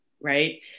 right